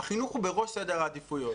החינוך הוא בראש סדר העדיפויות,